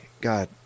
God